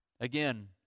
Again